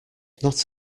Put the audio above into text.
not